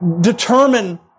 Determine